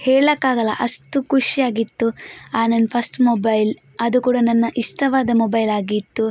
ಹೇಳೋಕ್ಕಾಗಲ್ಲ ಅಷ್ಟು ಖುಷಿಯಾಗಿತ್ತು ಆ ನನ್ನ ಫಸ್ಟ್ ಮೊಬೈಲ್ ಅದು ಕೂಡ ನನ್ನ ಇಷ್ಟವಾದ ಮೊಬೈಲ್ ಆಗಿತ್ತು